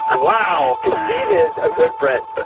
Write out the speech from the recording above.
ah wow, because steve is a good friend. but